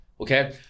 Okay